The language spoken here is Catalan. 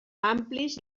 amplis